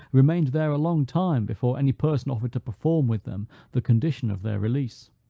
remained there a long time before any person offered to perform with them the condition of their release.